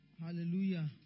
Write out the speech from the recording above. Hallelujah